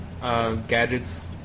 gadgets